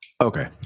Okay